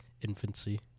infancy